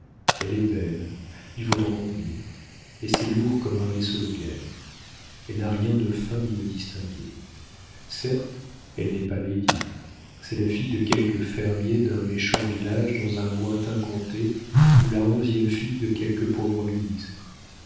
elle est belle il faut en convenir mais c'est lourd comme un vaisseau de guerre elle n'a rien de fin ni de distingué certes elle n'est pas lady c'est la fille de quelque fermier d'un méchant village dans un lointain comté ou la onzième fille de quelque pauvre ministre